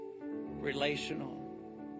relational